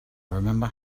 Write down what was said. remember